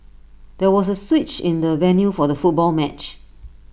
there was A switch in the venue for the football match